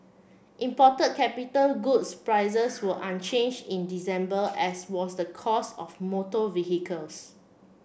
imported capital goods prices were unchanged in December as was the cost of motor vehicles